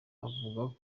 avuga